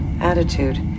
attitude